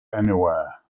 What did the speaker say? anywhere